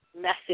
message